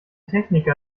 techniker